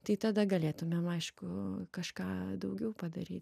tai tada galėtumėm aišku kažką daugiau padaryt